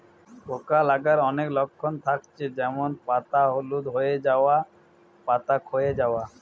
পোকা লাগার অনেক লক্ষণ থাকছে যেমন পাতা হলুদ হয়ে যায়া, পাতা খোয়ে যায়া